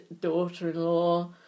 daughter-in-law